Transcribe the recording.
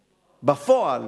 בפועל,